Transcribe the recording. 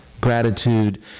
Gratitude